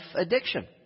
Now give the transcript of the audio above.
addiction